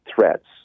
threats